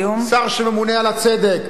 שר שממונה על הצדק.